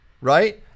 Right